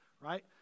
right